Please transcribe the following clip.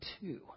two